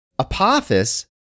Apophis